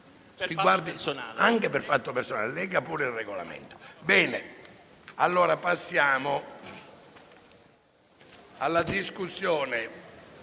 per fatto personale.